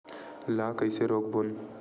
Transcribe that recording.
ला कइसे रोक बोन?